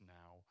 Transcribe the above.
now